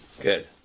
good